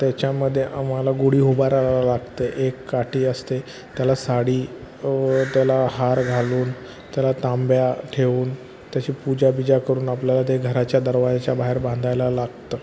त्याच्यामध्ये आम्हाला गुढी उभारावं लागते एक काठी असते त्याला साडी व त्याला हार घालून त्याला तांब्या ठेवून त्याची पूजा बिजा करून आपल्याला ते घराच्या दरवाजाच्या बाहेर बांधायला लागतं